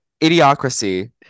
idiocracy